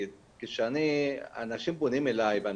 המורים וגם היענות מאוד יפה להשתלמויות.